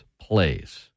plays